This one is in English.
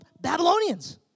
Babylonians